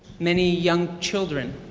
many young children